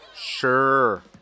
Sure